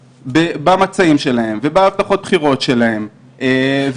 במצעים שלהם ובמערכות הבחירות שלהן כלפי הציבורים שלהן